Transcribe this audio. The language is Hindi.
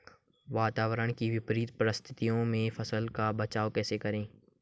वातावरण की विपरीत परिस्थितियों में फसलों का बचाव कैसे करें?